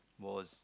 was